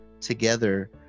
together